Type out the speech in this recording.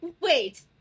Wait